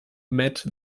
met